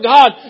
God